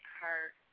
hurt